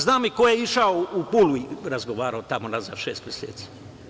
Znam i ko je išao u Pulu i razgovarao tamo nazad šest meseci.